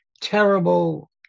terrible